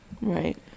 right